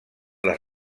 les